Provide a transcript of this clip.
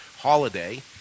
holiday